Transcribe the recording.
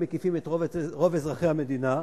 מקיפות את רוב אזרחי המדינה,